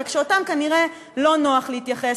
רק שאליהם כנראה לא נוח להתייחס,